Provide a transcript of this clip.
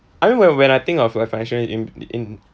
I mean when when I think of uh financial in~ in~